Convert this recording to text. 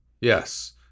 yes